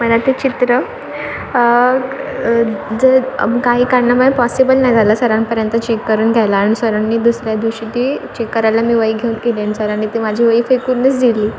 मला ते चित्र जर आम्ही काही कारणामुळे पॉसिबल नाही झालं सरांपर्यंत चेक करून घ्यायला आणि सरांनी दुसऱ्या दिवशी ती चेक करायला मी वही घेऊन गेले आणि सरांनी ती माझी वही फेकूनच दिली